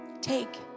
Take